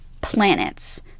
planets